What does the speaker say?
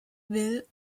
will